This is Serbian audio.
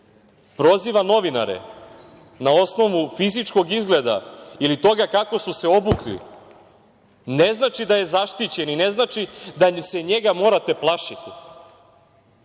proziva novinare na osnovu fizičkog izgleda ili toga kako su se obukli, ne znači da je zaštićen i ne znači da se njega morate plašiti.Zašto